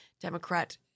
Democrat